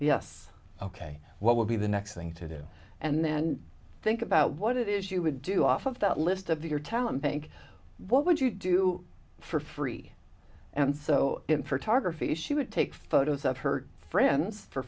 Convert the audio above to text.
yes ok what will be the next thing to do and then think about what it is you would do off of that list of your talent bank what would you do for free and so for ta graphy she would take photos of her friends for